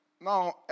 now